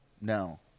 No